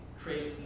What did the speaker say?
create